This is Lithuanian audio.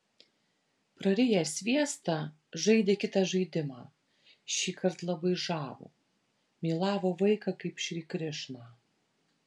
prariję sviestą žaidė kitą žaidimą šįkart labai žavų mylavo vaiką kaip šri krišną